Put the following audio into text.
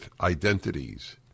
identities